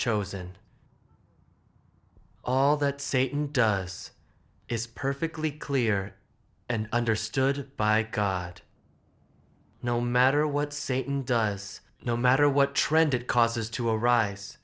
chosen all that satan does is perfectly clear and understood by god no matter what satan does no matter what trend it causes to arise